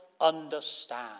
understand